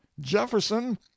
Jefferson